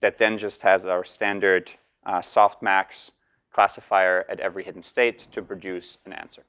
that then just has our standard soft max classifier at every hidden state to produce an answer.